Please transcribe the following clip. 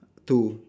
two